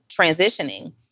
transitioning